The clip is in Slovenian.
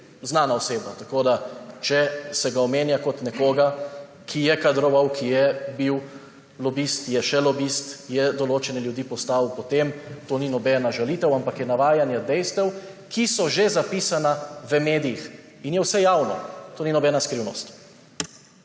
znana oseba. Če se ga omenja kot nekoga, ki je kadroval, ki je bil lobist, je še lobist, je določene ljudi postavil potem, to ni nobena žalitev, ampak je navajanje dejstev, ki so že zapisana v medijih, in je vse javno. To ni nobena skrivnost.